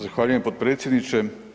Zahvaljujem potpredsjedniče.